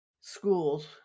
schools